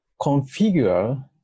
configure